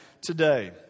today